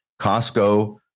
Costco